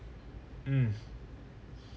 mm